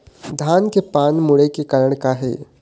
धान के पान मुड़े के कारण का हे?